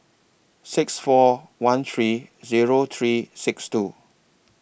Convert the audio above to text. six four one three Zero three six two